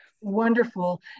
Wonderful